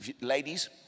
ladies